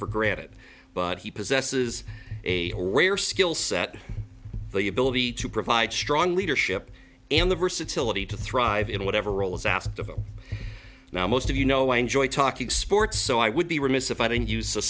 for granted it but possesses a rare skill set the ability to provide strong leadership and the versatility to thrive in whatever role is asked of him now most of you know i enjoy talking sports so i would be remiss if i didn't use